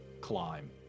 climb